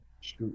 shoot